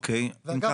אגב,